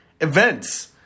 events